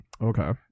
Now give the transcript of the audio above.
Okay